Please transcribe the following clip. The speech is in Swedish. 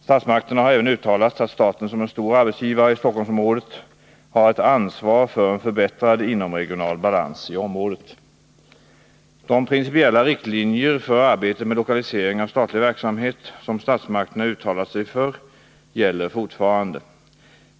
Statsmakterna har även uttalat att staten som en stor arbetsgivare i Stockholmsområdet har ett ansvar för en förbättrad inomregional balans i området. De principiella riktlinjer för arbetet med lokalisering av statlig verksamhet som statsmakterna uttalat sig för gäller fortfarande.